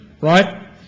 Right